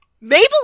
Mabel